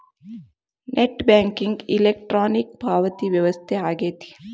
net banking electronic ಪಾವತಿ ವ್ಯವಸ್ಥೆ ಆಗೆತಿ